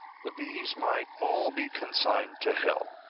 the bees might all be consigned to hell.